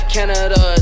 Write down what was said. Canada